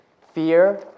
fear